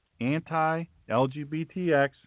anti-LGBTX